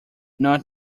not